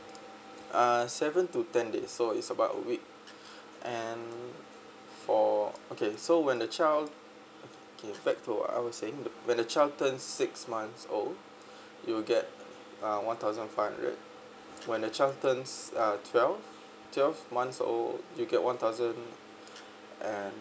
uh seven to ten days so it's about a week and for okay so when the child okay back to our saying when the child turn six months old you'll get uh one thousand five hundred when the child turns uh twelve twelve months old you get one thousand and